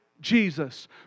Jesus